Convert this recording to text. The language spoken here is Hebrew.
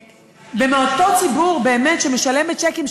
מאותו ציבור שבאמת משלם בצ'קים,